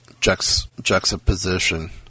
juxtaposition